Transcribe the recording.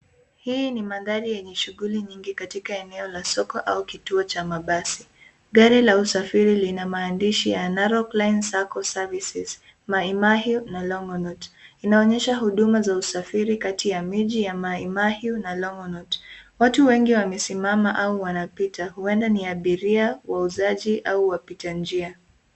Hii ni mandhari yenye shughuli nyingi katika eneo la soko au kituo cha mabasi. Gari la usafiri lina maandishi ya (cs)narok lines sacco services(cs), mai mahiu na longonot. Inaonyesha huduma za usafiri kati ya miji ya mai mahiu na (cs)longonot(cs). Watu wengi wamesimama au wanapita huenda ni abiria, wauzaji au wapita njia.